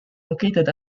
located